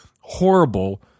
horrible